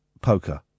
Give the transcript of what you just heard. poker